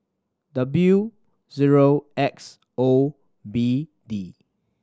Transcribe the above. W zero X O B D